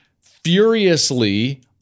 furiously